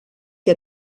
que